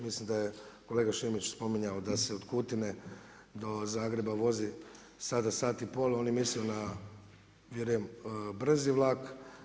Mislim da je kolega Šimić spominjao, da se od Kutine do Zagreba, vozi sada sati pol, oni misle, vjerujem na brzi vlak.